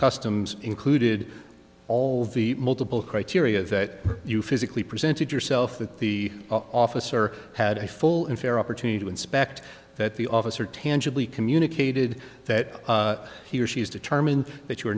customs included all the multiple criteria that you physically presented yourself that the officer had a full and fair opportunity to inspect that the officer tangibly communicated that he or she is determined that you